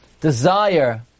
desire